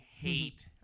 hate